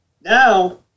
now